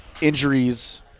injuries